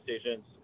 stations